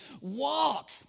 walk